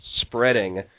spreading